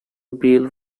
bill